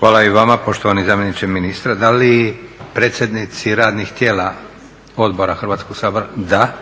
Hvala i vama poštovani zamjeniče ministra. Da li predsjednici radnih tijela odbora Hrvatskog sabora, da.